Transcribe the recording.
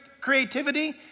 creativity